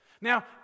Now